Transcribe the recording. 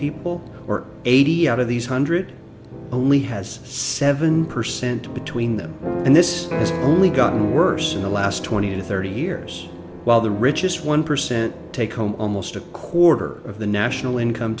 people or eighty out of these hundred only has seven percent between them and this has only gotten worse in the last twenty to thirty years while the richest one percent take home almost a quarter of the national income